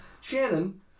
Shannon